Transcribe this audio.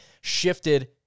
shifted